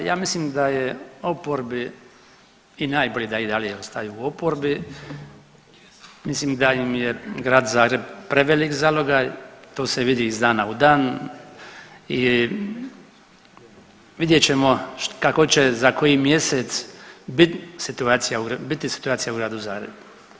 Ja mislim da je oporbi i najbolje da i dalje ostaju u oporbi, mislim da im je Grad Zagreb prevelik zalogaj, to se vidi iz dana u dan i vidjet ćemo kako će za koji mjesec biti situacija u Gradu Zagrebu.